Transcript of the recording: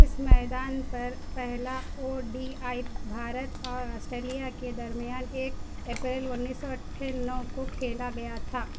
اس میدان پر پہلا او ڈی آئی بھارت اور آسٹریلیا کے درمیان ایک اپریل انیس سو انٹھانو کو کھیلا گیا تھا